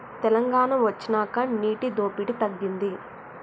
తెలంగాణ వొచ్చినాక నీటి దోపిడి తగ్గింది